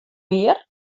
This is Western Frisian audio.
mear